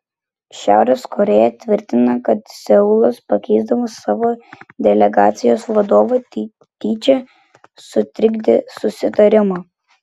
šiaurės korėja tvirtina kad seulas pakeisdamas savo delegacijos vadovą tyčia sutrikdė susitarimą